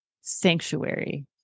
Sanctuary